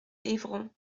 évron